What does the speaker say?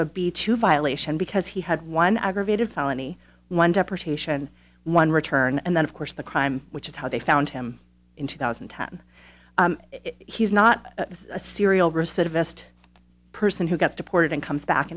of a b two violation because he had one aggravated felony one deprecation one return and then of course the crime which is how they found him in two thousand and ten he's not a serial recidivist person who gets deported and comes back